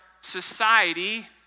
society